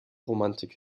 romantik